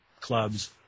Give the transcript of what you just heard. clubs